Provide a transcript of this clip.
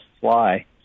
fly